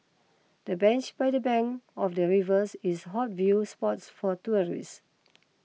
the bench by the bank of the rivers is hot view spots for tourists